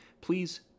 Please